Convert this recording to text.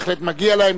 בהחלט מגיע להם,